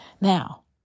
Now